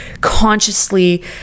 consciously